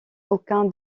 aucun